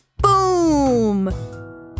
Boom